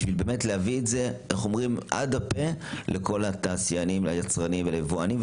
באמת בשביל להביא את זה עד הפה לכל התעשיינים והיצרנים וליבואנים,